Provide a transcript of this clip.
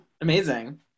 amazing